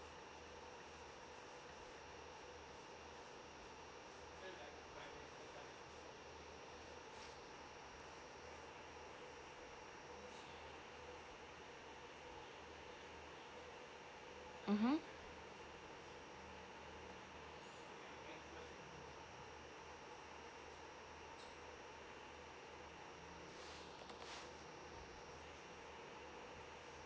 mmhmm